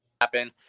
happen